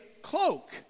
cloak